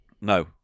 No